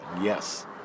Yes